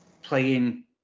Playing